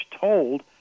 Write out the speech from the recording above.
told